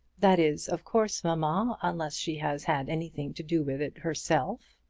that is, of course, mamma, unless she has had anything to do with it herself.